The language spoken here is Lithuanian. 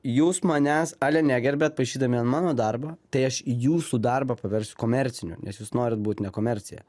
jūs manęs ale negerbiat paišydami an mano darbo tai aš jūsų darbą paversiu komerciniu nes jūs norit būt ne komercija